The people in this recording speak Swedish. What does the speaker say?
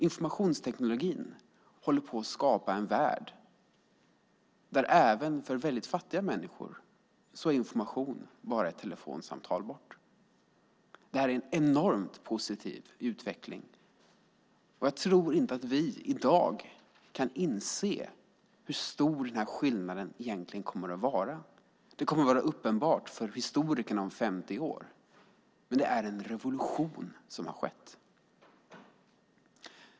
Informationsteknologin håller på att skapa en värld där information även för väldigt fattiga människor bara är ett telefonsamtal bort. Det här är en enormt positiv utveckling. Jag tror inte att vi i dag kan inse hur stor den här skillnaden egentligen kommer att vara. Det kommer att vara uppenbart för historikerna om 50 år. Det är en revolution som har skett.